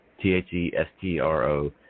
T-H-E-S-T-R-O